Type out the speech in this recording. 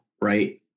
right